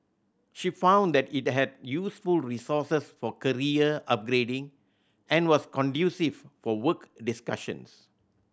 she found that it had useful resources for career upgrading and was conducive for work discussions